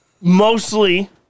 Mostly